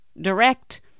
direct